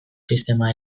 sistema